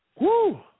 Woo